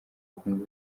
kunywa